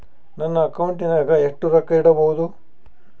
ನನ್ನ ಅಕೌಂಟಿನಾಗ ಎಷ್ಟು ರೊಕ್ಕ ಇಡಬಹುದು?